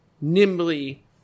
nimbly